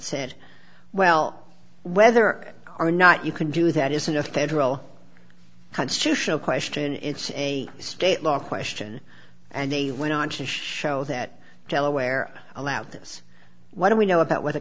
said well whether or not you can do that isn't a third role constitutional question it's a state law question and they went on to show that delaware allowed this what do we know about wh